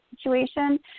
situation